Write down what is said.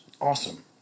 Awesome